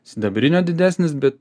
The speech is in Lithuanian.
sidabrinio didesnis bet